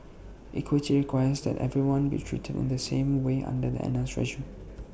equity requires that everyone be treated in the same way under the N S regime